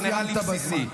זה נראה לי בסיסי.